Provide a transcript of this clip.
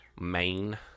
Main